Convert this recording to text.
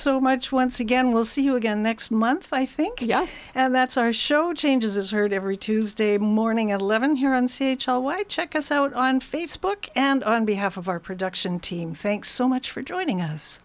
so much once again we'll see you again next month i think yes and that's our show changes her every tuesday morning at eleven here on c h l y check us out on facebook and on behalf of our production team thanks so much for joining us